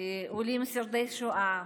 שורדי שואה,